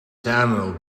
samuel